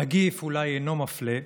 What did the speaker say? הנגיף אולי אינו מפלה,